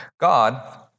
God